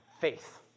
faith